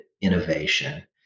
innovation